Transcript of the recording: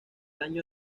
año